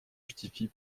justifie